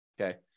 okay